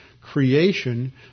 creation